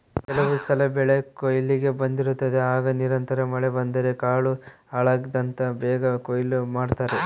ಕೆಲವುಸಲ ಬೆಳೆಕೊಯ್ಲಿಗೆ ಬಂದಿರುತ್ತದೆ ಆಗ ನಿರಂತರ ಮಳೆ ಬಂದರೆ ಕಾಳು ಹಾಳಾಗ್ತದಂತ ಬೇಗ ಕೊಯ್ಲು ಮಾಡ್ತಾರೆ